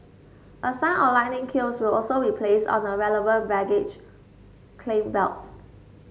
a sign or lightning cubes will also be placed on the relevant baggage claim belts